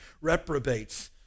reprobates